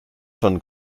von